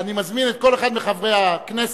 אני מזמין כל אחד מחברי הכנסת,